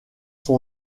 son